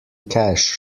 cash